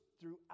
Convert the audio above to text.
throughout